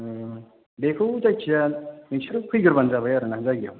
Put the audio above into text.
बेखौ जायखिया नोंसोरो फैगोरबानो जाबाय आरोना जायगायाव